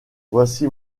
voici